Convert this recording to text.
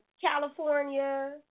California